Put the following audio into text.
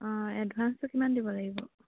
অঁ এডভাঞ্চটো কিমান দিব লাগিব